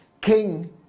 king